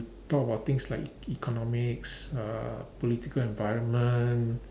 talk about things like economics uh political environment